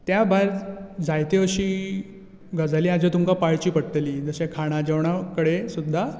त्या भायर जायत्यो अशीं गजालीं आहा ज्यो तुमकां पाळची पडटलीं जशें खाणा जेवणां कडेन सुद्दां